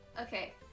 Okay